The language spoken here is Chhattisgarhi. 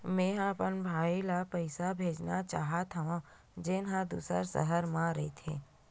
मेंहा अपन भाई ला पइसा भेजना चाहत हव, जेन हा दूसर शहर मा रहिथे